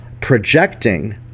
projecting